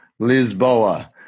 Lisboa